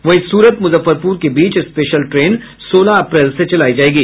वहीं सूरत मुजफ्फरपुर के बीच स्पेशल ट्रेन सोलह अप्रैल से चलायी जायेगी